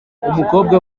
umukobwa